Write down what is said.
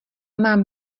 mám